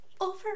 Over